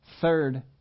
third